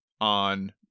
on